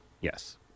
Yes